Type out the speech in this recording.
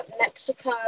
Mexico